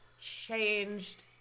changed